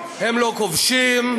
הם לא כובשים.